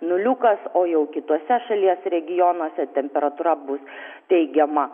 nuliukas o jau kituose šalies regionuose temperatūra bus teigiama